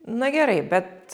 na gerai bet